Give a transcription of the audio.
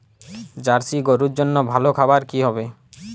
Jersey গরুর জন্য ভালো খাবার কি হবে?